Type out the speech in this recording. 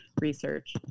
research